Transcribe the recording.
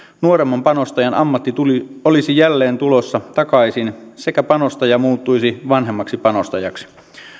nuoremman panostajan ammatti olisi jälleen tulossa takaisin sekä panostaja muuttuisi vanhemmaksi panostajaksi